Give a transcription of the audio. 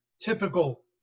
typical